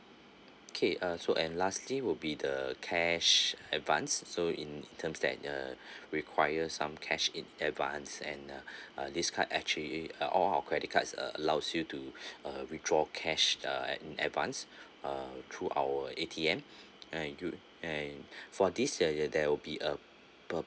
okay uh so and lastly would be the cash advance so in in terms that uh require some cash in advance and uh this card actually uh all our credit cards uh allows you to uh withdraw cash uh in advance uh through our A_T_M and do and for this uh there will be uh per